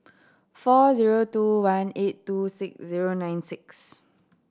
four zero two one eight two six zero nine six